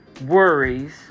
worries